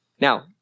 Now